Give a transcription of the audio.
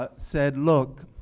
ah said look,